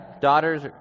daughters